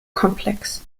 komplex